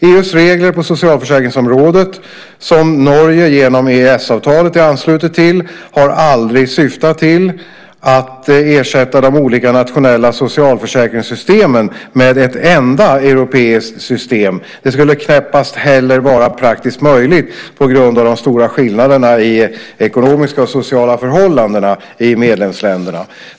EU:s regler på socialförsäkringsområdet, som Norge genom EES-avtalet är anslutet till, har aldrig syftat till att ersätta de olika nationella socialförsäkringssystemen med ett enda europeiskt system. Det skulle knappast heller vara praktiskt möjligt på grund av de stora skillnaderna i ekonomiska och sociala förhållanden i medlemsländerna.